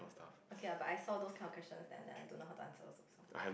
okay lah but I saw those kind of question then I like don't know how to answer also